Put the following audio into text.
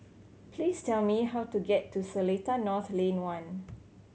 please tell me how to get to Seletar North Lane One